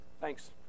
Thanks